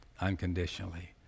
unconditionally